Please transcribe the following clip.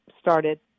started